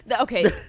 Okay